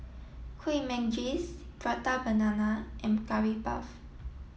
Kueh Manggis Prata Banana and Curry Puff